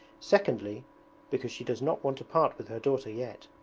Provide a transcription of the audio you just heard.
secondly because she does not want to part with her daughter yet,